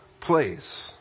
place